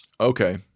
Okay